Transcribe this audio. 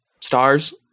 stars